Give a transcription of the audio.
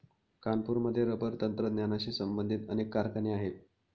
कानपूरमध्ये रबर तंत्रज्ञानाशी संबंधित अनेक कारखाने आहेत